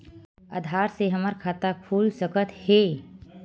आधार से हमर खाता खुल सकत हे?